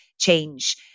change